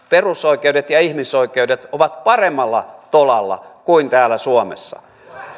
perusoikeudet ja ihmisoikeudet ovat paremmalla tolalla kuin täällä suomessa